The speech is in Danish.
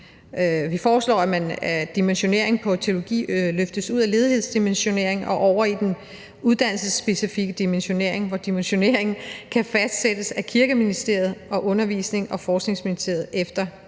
foreslår vi, at dimensioneringen på teologi løftes ud af ledighedsdimensioneringen og over i den uddannelsesspecifikke dimensionering, hvor dimensioneringen kan fastsættes af Kirkeministeriet og Uddannelses- og Forskningsministeriet efter indstilling